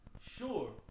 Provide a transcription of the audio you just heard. sure